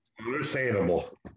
Understandable